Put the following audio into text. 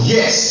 Yes